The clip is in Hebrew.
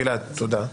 גלעד, תודה.